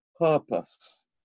purpose